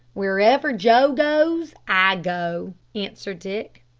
wherever joe goes, i go, answered dick.